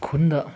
ꯈꯨꯟꯗ